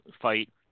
fight